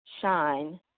shine